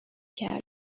کرد